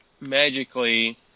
magically